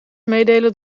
meedelen